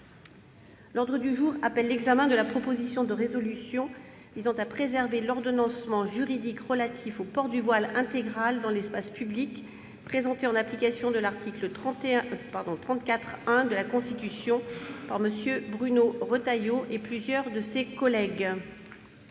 L'ordre du jour appelle l'examen de la proposition de résolution visant à préserver l'ordonnancement juridique relatif au port du voile intégral dans l'espace public présentée, en application de l'article 34-1 de la Constitution, par M. Bruno Retailleau et plusieurs de ses collègues